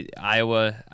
Iowa